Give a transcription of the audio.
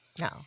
No